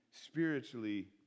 spiritually